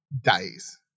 days